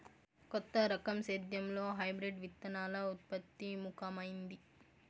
కొత్త రకం సేద్యంలో హైబ్రిడ్ విత్తనాల ఉత్పత్తి ముఖమైంది